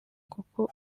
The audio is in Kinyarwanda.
kuko